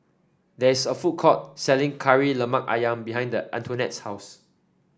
there is a food court selling Kari Lemak ayam behind Antionette's house